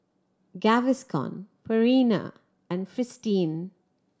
Gaviscon Purina and Fristine